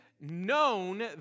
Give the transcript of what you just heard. known